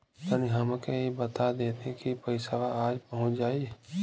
तनि हमके इ बता देती की पइसवा आज पहुँच जाई?